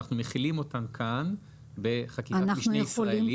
אנחנו מחילים אותן כאן בחקיקת משנה ישראלית,